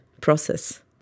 process